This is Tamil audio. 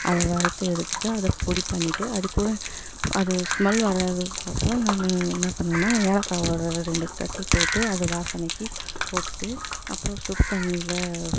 அதை வறுத்து எடுத்துவிட்டு அதை பொடி பண்ணிவிட்டு அது கூட அது ஸ்மெல் வராதுக்கொசரம் நான் என்ன பண்ணுவேன்னா ஏலக்காவை ஒரு ரெண்டு தட்டிப் போட்டு அது வாசனைக்கு போட்டுவிட்டு அப்புறம் சுடு தண்ணியில்